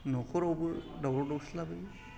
नखरावबो दावराव दावसि लाबोयो